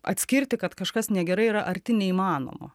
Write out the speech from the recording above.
atskirti kad kažkas negerai yra arti neįmanoma